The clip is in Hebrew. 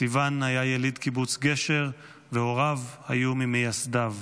סיון היה יליד קיבוץ גשר והוריו היו ממייסדיו.